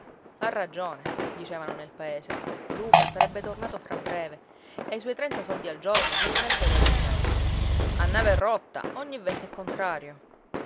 ha ragione dicevano nel paese luca sarebbe tornato fra breve e i suoi trenta soldi al giorno se li sarebbe guadagnati a nave rotta ogni vento è contrario